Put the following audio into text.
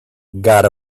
got